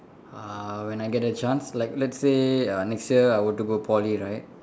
uh when I get the chance like let's say uh next year I would go to Poly right